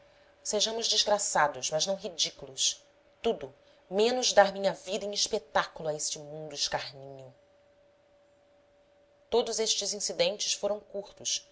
sejamos desgraçados mas não ridículos tudo menos dar minha vida em espetáculo a este mundo escarninho todos estes incidentes foram curtos